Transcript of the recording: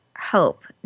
HOPE